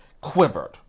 quivered